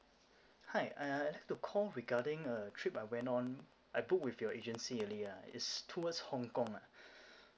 hi uh I like to call regarding a trip I went on I booked with your agency earlier ah is towards hong kong ah